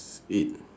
eight